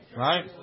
right